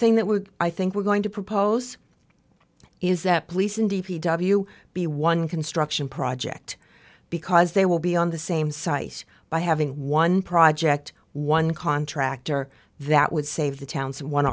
thing that would i think we're going to propose is that police in d p w b one construction project because they will be on the same site by having one project one contractor that would save the town's one